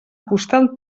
postal